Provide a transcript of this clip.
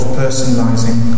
personalizing